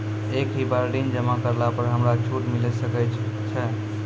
एक ही बार ऋण जमा करला पर हमरा छूट मिले सकय छै?